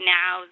now